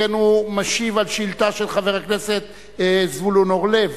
שכן הוא משיב על שאילתא של חבר הכנסת זבולון אורלב,